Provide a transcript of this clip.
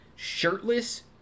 shirtless